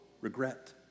Regret